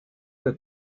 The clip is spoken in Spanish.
que